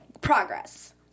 Progress